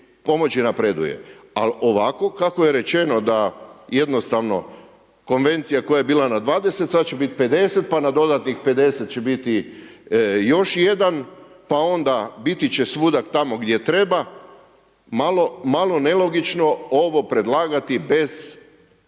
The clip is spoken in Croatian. pomoći napreduje. Ali ovako kako je rečeno da jednostavno konvencija koja je bila na 20 sada će biti 50, pa na dodatnih 50 će biti još jedan, pa onda biti će svuda tamo gdje treba. Malo nelogično ovo predlagati bez